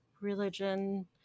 religion